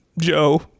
Joe